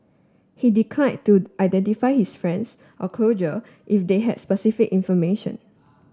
he decline to identify his friends or closure if they had specific information